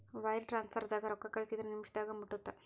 wire ಟ್ರಾನ್ಸ್ಫರ್ದಾಗ ರೊಕ್ಕಾ ಕಳಸಿದ್ರ ನಿಮಿಷದಾಗ ಮುಟ್ಟತ್ತ